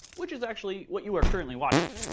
which is actually what you are currently watching.